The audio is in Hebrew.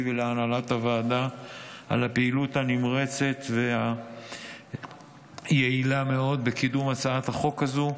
ולהנהלת הוועדה על הפעילות הנמרצת והיעילה מאוד בקידום הצעת חוק זו.